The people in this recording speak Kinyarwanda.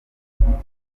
impanuro